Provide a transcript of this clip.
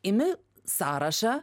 imi sąrašą